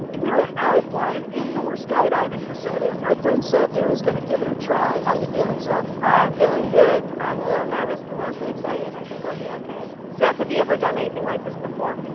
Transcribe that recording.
we're at ifly, an indoor skydiving facility, and my friend seth here is gonna give it a try. how you feeling, seth? i'm feeling good. i'm a little nervous, but mostly excited. i think i'll be okay. seth, have you ever done anything like this before?